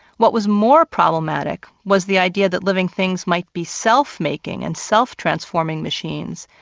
what was more problematic was the idea that living things might be self-making and self-transforming machines,